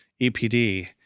EPD